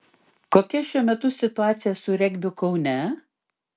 kokia šiuo metu situacija su regbiu kaune